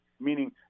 meaning